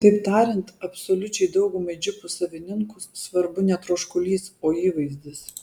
kitaip tariant absoliučiai daugumai džipų savininkų svarbu ne troškulys o įvaizdis